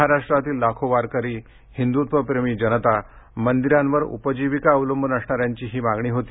महाराष्ट्रातील लाखो वारकरी हिंदुत्वप्रेमी जनता मंदिरावर उपजिविका अवलंबून असणा यांची ही मागणी होती